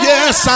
Yes